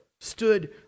stood